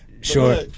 Sure